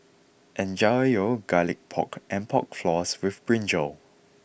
enjoy your Garlic Pork and Pork Floss with Brinjal